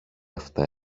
αυτά